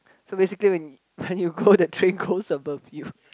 so basically when when you go the train goes above you